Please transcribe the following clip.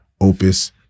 Opus